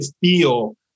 feel